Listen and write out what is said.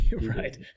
Right